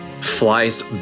flies